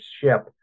ship